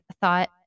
thought